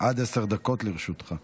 עד עשר דקות לרשותך.